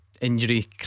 Injury